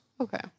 Okay